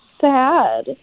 sad